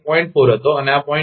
4 હતો આ 0